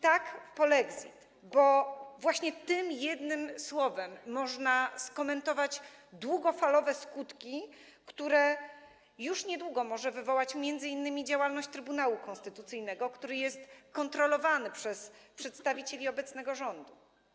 Tak, polexit, bo właśnie tym jednym słowem można skomentować długofalowe skutki, które już niedługo może wywołać m.in. działalność Trybunału Konstytucyjnego, który jest kontrolowany przez przedstawicieli obecnego rządu.